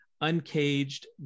Uncaged